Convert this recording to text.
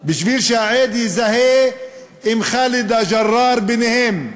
כדי שהעד יזהה אם חאלידה ג'ראר ביניהן,